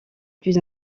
plus